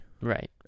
Right